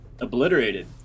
obliterated